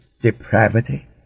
depravity